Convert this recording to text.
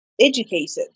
educated